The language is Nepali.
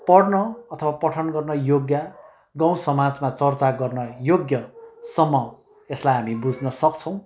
पढ्न अथवा पठन गर्न योग्य गाउँ समाजमा चर्चा गर्न योग्यसम्म यसलाई हामी बुझ्नसक्छौँ